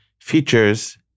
features